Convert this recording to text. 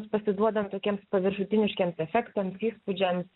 mums pasiduodant tokiems paviršutiniškiems efektams įspūdžiams